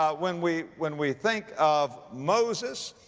ah when we, when we think of moses,